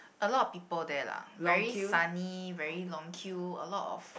a lot of people there lah very sunny very long queue a lot of